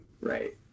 right